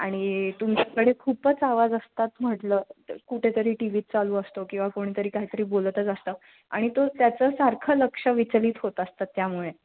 आणि तुमच्याकडे खूपच आवाज असतात म्हटलं तर कुठेतरी टी व्हीच चालू असतो किंवा कोणीतरी काहीतरी बोलतंच असतं आणि तो त्याचं सारखं लक्ष विचलित होत असतं त्यामुळे